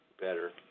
better